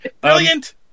Brilliant